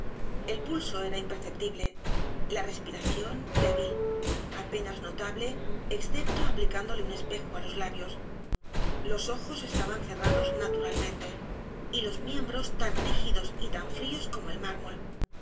el pulso era imperceptible la respiración débil apenas notable excepto aplicándole un espejo á los labios los ojos estaban cerrados naturalm e n t e y los miembros tan rígidos y tan fríos como el mármol